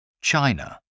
china